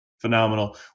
Phenomenal